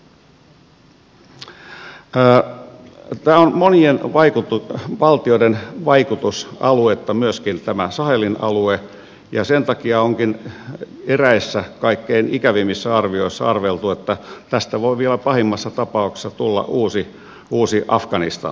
sahelin alue on monien valtioiden vaikutusaluetta myöskin ja sen takia onkin eräissä kaikkein ikävimmissä arvioissa arveltu että tästä voi vielä pahimmassa tapauksessa tulla uusi afganistan